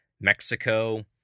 Mexico